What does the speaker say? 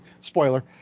Spoiler